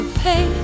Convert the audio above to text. pay